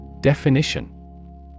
Definition